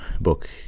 book